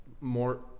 more